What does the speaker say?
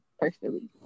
personally